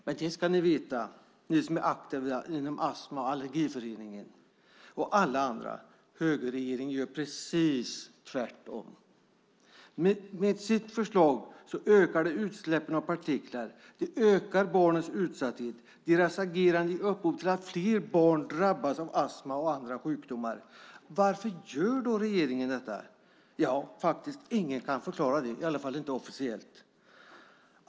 Men ni som är aktiva inom Astma och Allergiförbundet och alla andra ska veta att högerregeringen gör precis tvärtom. Med regeringens förslag ökar utsläppen av partiklar. Barnens utsatthet ökar. Regeringens agerande ger upphov till att fler barn drabbas av astma och andra sjukdomar. Varför gör regeringen detta? Ingen kan förklara det - i alla fall inte officiellt.